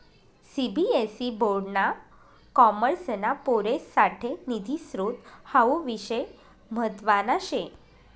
CBSE board ना कॉमर्सना पोरेससाठे निधी स्त्रोत हावू विषय म्हतवाना शे